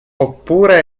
oppure